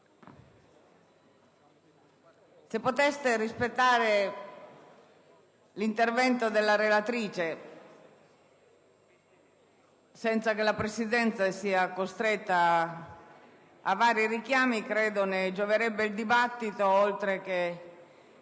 Se poteste rispettare l'intervento della relatrice senza costringere la Presidenza a vari richiami credo ne gioverebbe il dibattito oltre che